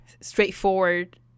straightforward